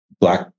black